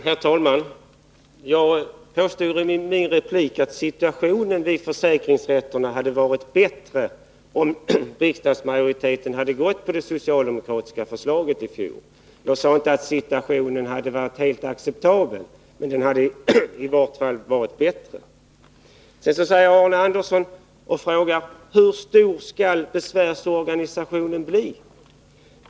Herr talman! Jag påstod i min replik att situationen vid försäkringsrätterna hade varit bättre om riksdagsmajoriteten i fjol hade anslutit sig till det socialdemokratiska förslaget. Jag sade inte att situationen hade varit helt acceptabel, men den hade i vart fall varit bättre. Arne Andersson i Gustafs frågar: Hur stor skall besvärsorganisationen bli?